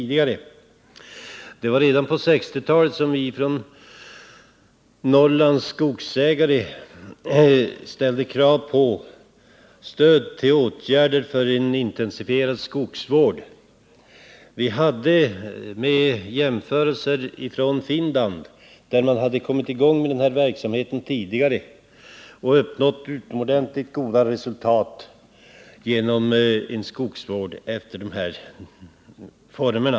Det var redan på 1960-talet som vi från Norrlands skogsägare ställde krav på stöd till åtgärder för en intensifierad skogsvård. Vi hade jämförelsematerial från Finland, där man hade kommit i gång med den här verksamheten tidigare och nått utomordentligt goda resultat genom en skogsvård i dessa former.